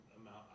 amount